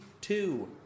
two